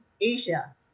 Asia